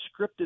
scripted